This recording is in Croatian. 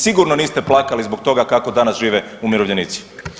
Sigurno niste plakali zbog toga kako danas žive umirovljenici.